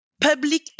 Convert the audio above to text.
Public